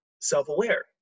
self-aware